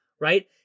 right